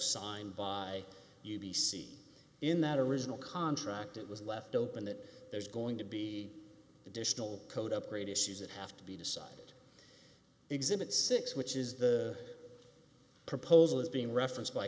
signed by u p c in that original contract it was left open that there's going to be additional code upgrade issues that have to be decided exhibit six which is the proposal is being referenced by